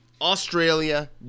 Australia